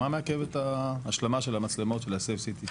מה מעכב את ההשלמה של המצלמות של ה-safe city?